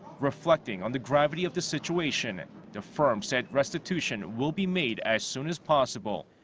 reflecting on the gravity of the situation. and the firm said restitution will be made as soon as possible.